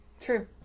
True